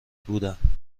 بودند